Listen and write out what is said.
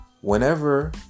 whenever